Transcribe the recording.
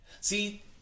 See